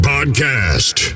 Podcast